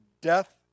Death